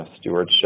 stewardship